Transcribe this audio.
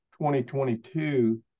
2022